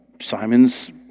Simon's